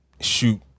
shoot